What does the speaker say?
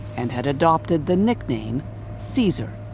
and had adopted the nickname caesar.